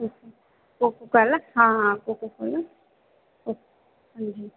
अच्छा Coca Cola हाँ हाँ कोको कोला ओक हाँ जी